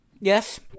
Yes